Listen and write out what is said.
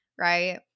right